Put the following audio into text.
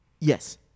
yes